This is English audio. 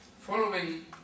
following